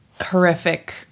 horrific